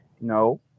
No